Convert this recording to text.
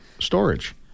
storage